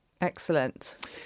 Excellent